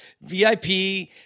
VIP